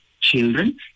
children